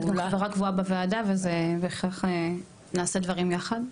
את גם חברה קבועה בוועדה, וכך נעשה דברים יחד.